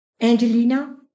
Angelina